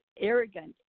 arrogant